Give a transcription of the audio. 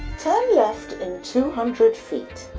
turn left in two hundred feet.